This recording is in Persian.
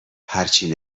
هرچی